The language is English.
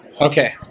Okay